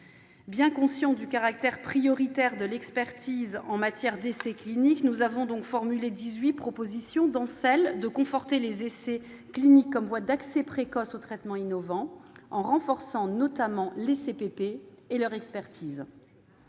Bien conscients du caractère prioritaire de l'expertise en matière d'essais cliniques, nous avions formulé, dans ce rapport, dix-huit propositions, dont celle de conforter les essais cliniques comme voie d'accès précoce aux traitements innovants, en renforçant notamment les CPP et leur expertise.